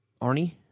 Arnie